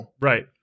Right